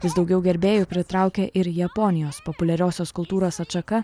vis daugiau gerbėjų pritraukia ir japonijos populiariosios kultūros atšaka